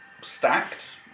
stacked